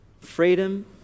freedom